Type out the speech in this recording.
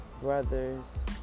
brothers